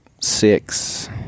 six